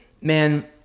man